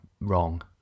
wrong